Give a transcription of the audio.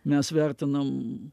mes vertinam